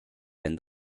end